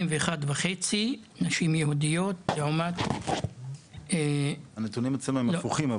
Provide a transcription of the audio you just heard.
יהודיות הן חיות כ-81.5 שנים לעומת --- הנתונים אצלנו הם הפוכים.